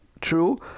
true